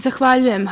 Zahvaljujem.